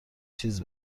چیز